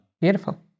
Beautiful